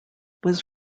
was